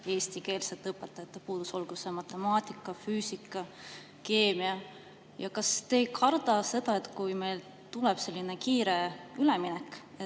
eestikeelsete õpetajate puudus, olgu see matemaatikas, füüsikas või keemias. Kas te ei karda seda, et kui meil tuleb selline kiire üleminek,